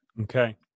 Okay